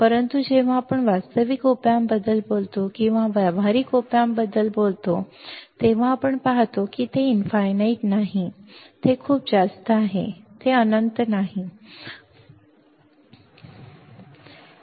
परंतु जेव्हा आपण वास्तविक op amp बद्दल बोलतो किंवा आम्ही व्यावहारिक op amp बद्दल बोलतो तेव्हा आपण पाहतो की ते अनंत नाही ते अत्यंत उच्च आहे ते अनंत नाही ते अत्यंत उच्च आहे ते अनंत नाही ते अत्यंत उच्च आहे